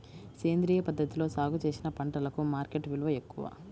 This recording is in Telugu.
సేంద్రియ పద్ధతిలో సాగు చేసిన పంటలకు మార్కెట్ విలువ ఎక్కువ